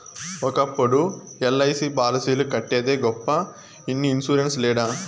ఒకప్పుడు ఎల్.ఐ.సి పాలసీలు కట్టేదే గొప్ప ఇన్ని ఇన్సూరెన్స్ లేడ